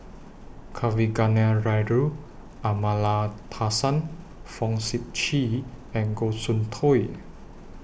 Kavignareru Amallathasan Fong Sip Chee and Goh Soon Tioe